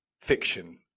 fiction